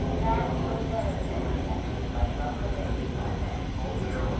man kills airplane. there's apt to be quite a lot in the papers about that. oh, dear. well,